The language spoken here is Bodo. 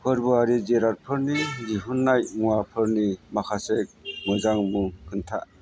फोरबोआरि जिरादफोरनि दिहुननाय मुवाफोरनि माखासे मोजां मुं खोन्था